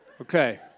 Okay